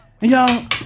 Y'all